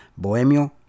Bohemio